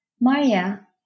Maria